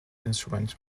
instrument